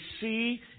see